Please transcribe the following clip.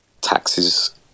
taxes